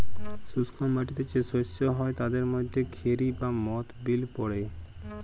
শুস্ক মাটিতে যে শস্য হ্যয় তাদের মধ্যে খেরি বা মথ বিল পড়ে